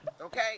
Okay